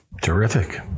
Terrific